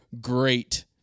great